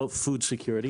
לא Food Security,